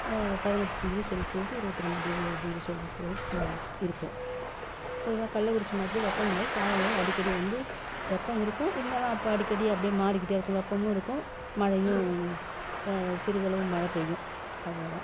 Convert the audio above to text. பதினெட்டு degree Celsius இருபத்தி ரெண்டு டி டிகிரி செல்ஷியஸு வர போகும் இருக்கும் பொதுவாக கள்ளக்குறிச்சி மாவட்டத்து வெப்பநிலை காலநிலை அடிக்கடி வந்து வெப்ப இருக்கும் இருந்தாலும் அப்போ அடிக்கடி அப்படியே மாறிக்கிட்டே இருக்கும் வெப்பமும் இருக்கும் மழையும் ஸ் சிறிதளவு மழை பெய்யும் அவ்வளோ தான்